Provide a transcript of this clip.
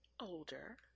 Older